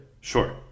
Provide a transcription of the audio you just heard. Sure